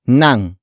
nang